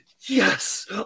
yes